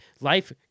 life